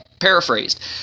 paraphrased